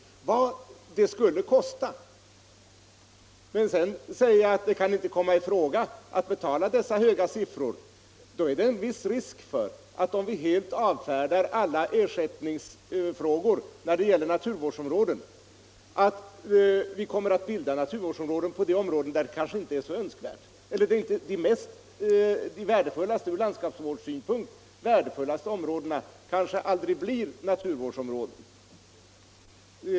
Sedan har jag sagt att det inte kan komma i fråga att betala dessa stora summor. Om vi helt avfärdar alla ersättningsanspråk när det gäller naturvårdsområden är det alltså en viss risk för att naturvårdsområden kommer att bildas där det kanske inte är så önskvärt, medan de ur landskapsvårdssynpunkt värdefullaste områdena aldrig blir naturvårdsområden.